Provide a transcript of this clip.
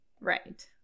Right